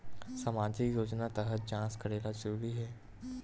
सामजिक योजना तहत जांच करेला जरूरी हे